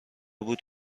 بود